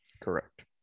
Correct